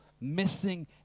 missing